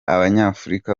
abanyafurika